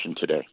today